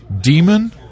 Demon